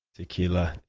tequila.